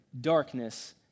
darkness